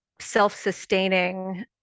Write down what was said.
self-sustaining